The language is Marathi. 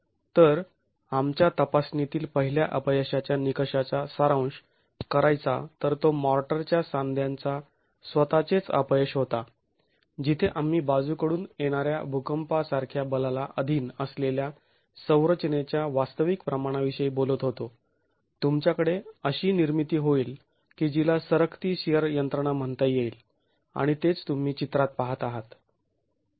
तर आमच्या तपासणीतील पहिल्या अपयशाच्या निकषाचा सारांश करायचा तर तो मॉर्टरच्या साध्यांचा स्वतःचेच अपयश होता जिथे आम्ही बाजूकडून येणाऱ्या भूकंपासारख्या बलाला अधीन असलेल्या संरचनेच्या वास्तविक प्रमाणाविषयी बोलत होतो तुमच्याकडे अशी निर्मिती होईल की जिला सरकती शिअर यंत्रणा म्हणता येईल आणि तेच तुम्ही चित्रात पाहत आहात